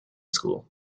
school